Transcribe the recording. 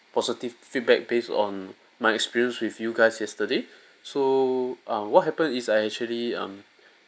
positive feedback based on my experience with you guys yesterday so err what happen is I actually um